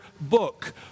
book